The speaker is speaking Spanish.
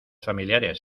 familiares